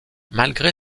malgré